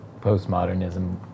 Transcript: postmodernism